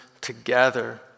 together